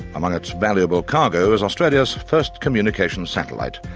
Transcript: among its valuable cargo is australia's first communications satellite.